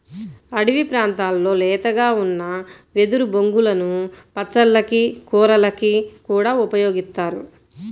అడివి ప్రాంతాల్లో లేతగా ఉన్న వెదురు బొంగులను పచ్చళ్ళకి, కూరలకి కూడా ఉపయోగిత్తారు